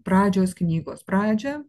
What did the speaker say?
pradžios knygos pradžią